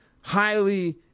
highly